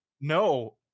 No